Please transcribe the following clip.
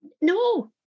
No